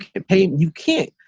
and paint you can't,